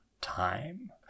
time